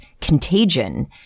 contagion